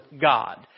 God